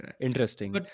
Interesting